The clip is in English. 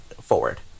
forward